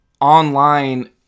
online